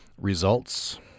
results